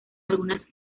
algunas